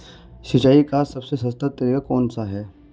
सिंचाई का सबसे सस्ता तरीका कौन सा है?